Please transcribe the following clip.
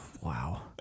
wow